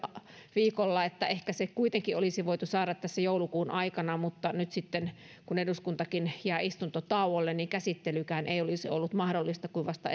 viikolla että ehkä se kuitenkin olisi voitu saada tässä joulukuun aikana mutta nyt kun eduskuntakin jää istuntotauolle käsittelykään ei olisi ollut mahdollista kuin vasta